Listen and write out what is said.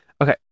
Okay